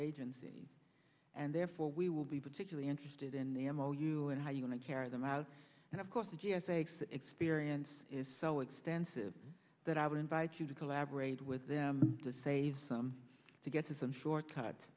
agency and therefore we will be particularly interested in the m o u and how you want to carry them out and of course the g s a experience is so extensive that i would invite you to collaborate with them to say some to get to some shortcut